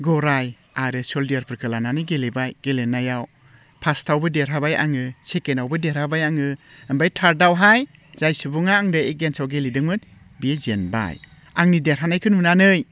गराइ आरो सलजोर्सफोरखौ लानानै गेलेबाय गेलेनायाव फार्स्टआवबो देरहाबाय आङो सेकेण्डआवबो देरहाबाय आङो ओमफ्राय थार्डआवहाय जाय सुबुङा आंजों एगेन्स्तआव गेलेदोंमोन बियो जेनबाय आंनि देरहानायखौ नुनानै